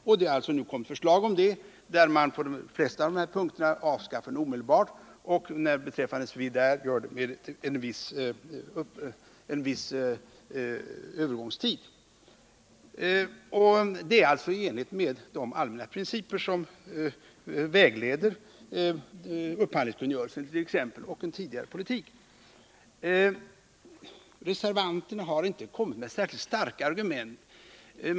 Det har nu alltså lagts fram ett förslag om det, där man på de flesta punkter omedelbart avskaffar monopolställningen och beträffande Swedair föreskriver en viss övergångstid. Detta är i enlighet med de allmänna principer som varit vägledande för t.ex. upphandlingskungörelsen och den tidigare politiken. Reservanterna har inte anfört särskilt starka argument.